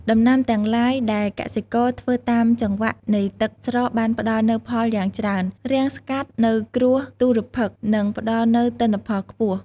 ដំណាំទាំងឡាយដែលកសិករ ធ្វើតាមចង្វាក់នៃទឹកស្រកបានផ្តល់នូវផលយ៉ាងច្រើន រាំងស្កាត់នូវគ្រោះទុរ្ភិក្ស និងផ្តល់នូវទិន្នផលខ្ពស់។